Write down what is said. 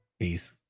Peace